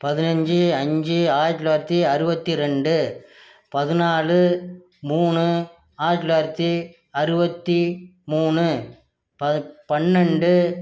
பதினைஞ்சு அஞ்சி ஆயிரத்தி தொள்ளாயிரத்தி அறுபத்தி ரெண்டு பதினாலு மூணு ஆயிரத்தி தொள்ளாயிரத்தி அறுபத்தி மூணு ப பன்னெண்டு